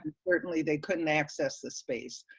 and certainly, they couldn't access the space.